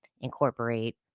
incorporate